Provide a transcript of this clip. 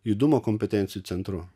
judumo kompetencijų centru